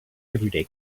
everyday